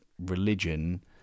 religion